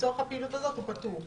לצורך הפעילות הזאת הוא פטור.